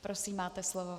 Prosím, máte slovo.